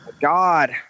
God